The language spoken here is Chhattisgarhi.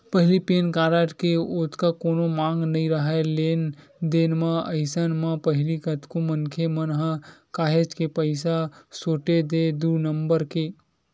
पहिली पेन कारड के ओतका कोनो मांग नइ राहय लेन देन म, अइसन म पहिली कतको मनखे मन ह काहेच के पइसा सोटे हे दू नंबर के